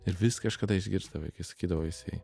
ir vis kažkada išgirsdavai kai sakydavo jisai